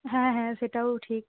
হ্যাঁ হ্যাঁ সেটাও ঠিক